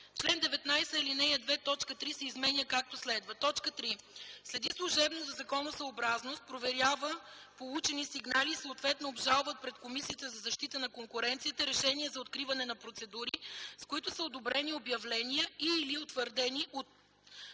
чл. 19, ал. 2, т. 3 се изменя, както следва: „т. 3. следи служебно за законосъобразност, проверява получени сигнали и съответно обжалва пред Комисията за защита на конкуренцията решения за откриване на процедури, с които са одобрени обявления и/или утвърдени